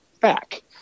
back